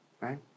right